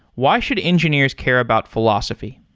why should engineers care about philosophy?